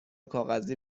کاغذی